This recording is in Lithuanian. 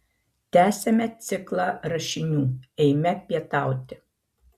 tęsiame ciklą rašinių eime pietauti